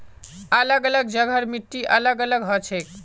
अलग अलग जगहर मिट्टी अलग अलग हछेक